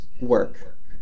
work